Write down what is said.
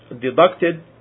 deducted